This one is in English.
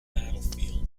battlefield